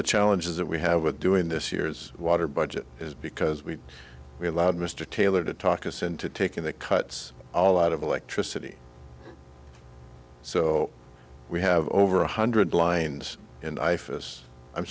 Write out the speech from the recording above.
the challenges that we have with doing this year is water budget is because we we allowed mr taylor to talk us into taking the cuts all out of electricity so we have over one hundred lines and i